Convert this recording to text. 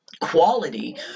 quality